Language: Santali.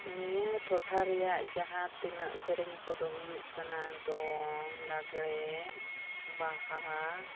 ᱱᱤᱭᱟᱹ ᱴᱚᱴᱷᱟ ᱨᱮᱭᱟᱜ ᱡᱟᱦᱟᱸ ᱛᱤᱱᱟᱹᱜ ᱥᱮᱨᱮᱧ ᱠᱚᱫᱚ ᱦᱩᱭᱩᱜ ᱠᱟᱱᱟ ᱫᱚᱝ ᱞᱟᱜᱽᱬᱮ ᱵᱟᱦᱟ